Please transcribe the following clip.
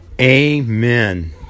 Amen